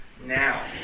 now